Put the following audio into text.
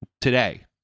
today